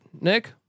Nick